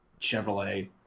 Chevrolet